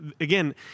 again